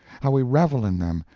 how we revel in them,